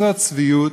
זו צביעות,